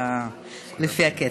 לפי הקצב.